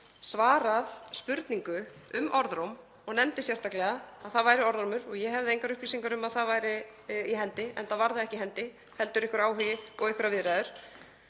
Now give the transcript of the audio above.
svarað spurningu um orðróm, og nefndi sérstaklega að það væri orðrómur og ég hefði engar upplýsingar um að það væri í hendi, enda var það ekki í hendi heldur var einhver áhugi og einhverjar viðræður